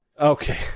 Okay